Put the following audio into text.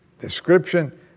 description